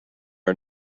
are